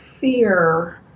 fear